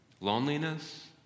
loneliness